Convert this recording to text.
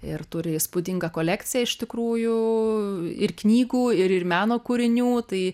ir turi įspūdingą kolekciją iš tikrųjų ir knygų ir ir meno kūrinių tai